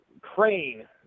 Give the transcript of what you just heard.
crane